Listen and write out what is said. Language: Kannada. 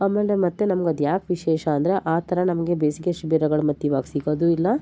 ಆಮೇಲೆ ಮತ್ತೆ ನಮ್ಗದು ಯಾಕೆ ವಿಶೇಷ ಅಂದರೆ ಆ ಥರ ನಮಗೆ ಬೇಸಿಗೆ ಶಿಬಿರಗಳು ಮತ್ತೆ ಇವಾಗ ಸಿಗೋದು ಇಲ್ಲ